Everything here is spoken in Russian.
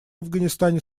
афганистане